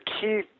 key